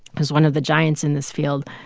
is one of the giants in this field.